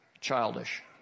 childish